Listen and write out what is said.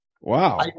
wow